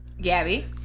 Gabby